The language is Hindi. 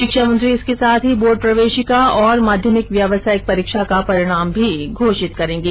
शिक्षा मंत्री इसके साथ ही बोर्ड प्रवेशिका और माध्यमिक व्यावसायिक परीक्षा का परिणाम भी घोषित करेगें